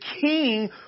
king